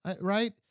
right